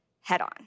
head-on